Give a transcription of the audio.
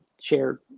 share